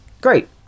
great